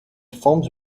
forms